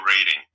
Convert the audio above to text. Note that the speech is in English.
rating